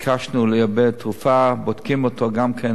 ביקשנו לייבא תרופה, בודקים אותה גם כן.